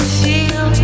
feel